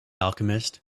alchemist